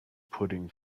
pudding